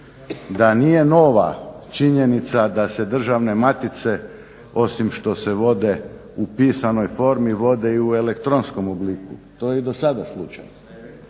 da nije nova činjenica da se državne matice osim što se vode u pisanoj formi vode i u elektronskom obliku, to je i do sada slučaj